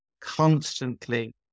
constantly